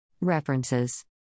References